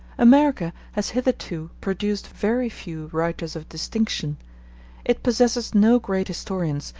america has hitherto produced very few writers of distinction it possesses no great historians,